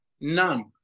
none